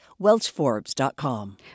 WelchForbes.com